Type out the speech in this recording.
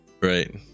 right